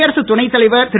குடியரசுத் துணைத் தலைவர் திரு